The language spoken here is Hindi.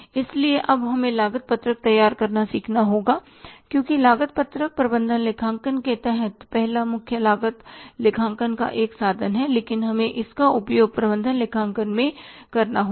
इसलिए अब हमें लागत पत्रक तैयार करना सीखना होगा क्योंकि लागत पत्रक प्रबंधन लेखांकन के तहत पहला मुख्य लागत लेखांकन का एक साधन है लेकिन हमें इसका उपयोग प्रबंधन लेखांकन में करना होगा